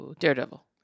Daredevil